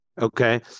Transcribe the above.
okay